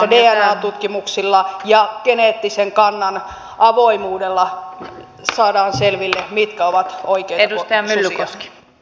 dna tutkimuksilla ja geneettisen kannan avoimuudella saadaan selville mitkä ovat oikeita susia